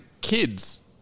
kids